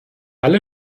alle